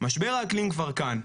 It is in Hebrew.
משבר האקלים כבר כאן.